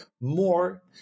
more